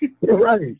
Right